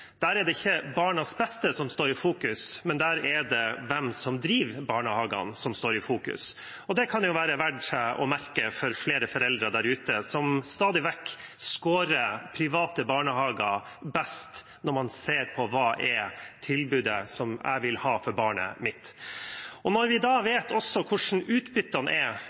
Der er det ikke barnas beste som står i fokus, men der er det hvem som driver barnehagene som står i fokus. Det kan det jo være verdt å merke seg for flere foreldre, som stadig vekk gir private barnehager høyest score når man ser på hvilket tilbud man vil ha for barnet sitt. Når vi også vet hvordan utbyttene er